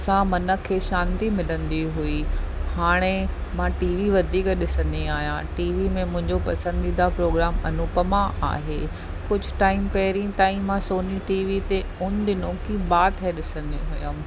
सां मन खे शांती मिलंदी हुई हाणे मां टीवी वधीक ॾिसंदी आहियां टीवी में मुंहिंजो पसंदीदा प्रोग्राम अनुपमा आहे कुझु टाइम पंहिरियों ताईं मां सोनी टीवी ते उन दिनो की बात है ॾिसंदी हुअमि